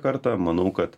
kartą manau kad